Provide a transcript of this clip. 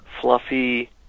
Fluffy